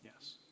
Yes